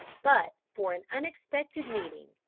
but for an unexpected meeting.